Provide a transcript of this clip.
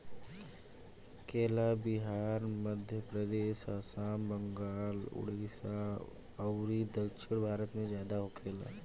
केला बिहार, मध्यप्रदेश, आसाम, बंगाल, उड़ीसा अउरी दक्षिण भारत में ज्यादा होखेला